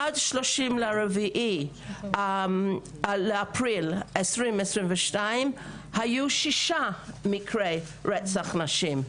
עד ה-30 לאפריל 2022. היו שישה מקרי רצח נשים.